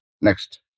Next